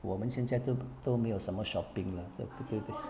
我们现在都都没有什么 shopping 了 so 对不对